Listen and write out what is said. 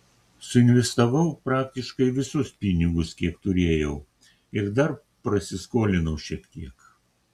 suinvestavau praktiškai visus pinigus kiek turėjau ir dar prasiskolinau šiek tiek